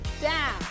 down